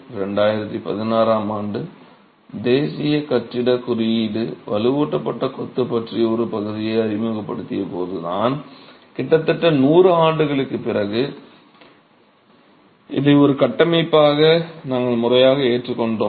2016 ஆம் ஆண்டில் தேசிய கட்டிடக் குறியீடு வலுவூட்டப்பட்ட கொத்து பற்றிய ஒரு பகுதியை அறிமுகப்படுத்தியபோதுதான் கிட்டத்தட்ட 100 ஆண்டுகளுக்குப் பிறகு இதை ஒரு கட்டமைப்பாக நாங்கள் முறையாக ஏற்றுக்கொண்டோம்